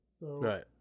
Right